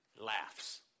Laughs